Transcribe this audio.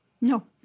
No